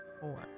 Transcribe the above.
four